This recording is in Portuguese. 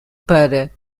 para